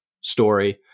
story